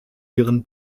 ihren